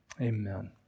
Amen